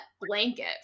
blanket